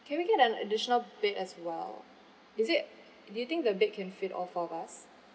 can we get an additional bed as well is it do you think the bed can fit all four of us